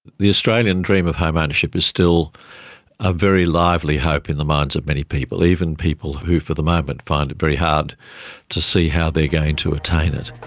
the australian dream of home ownership is still a very lively hope in the minds of many people, even people who for the moment find it very hard to see how they are going to attain it.